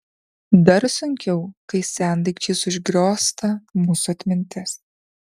dar sunkiau kai sendaikčiais užgriozta mūsų atmintis